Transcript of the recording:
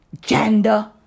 gender